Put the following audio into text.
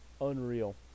unreal